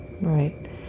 right